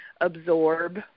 absorb